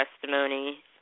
testimony